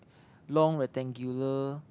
long rectangular